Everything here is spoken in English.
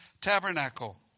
tabernacle